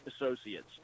Associates